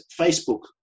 Facebook